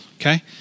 Okay